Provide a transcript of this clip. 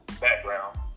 background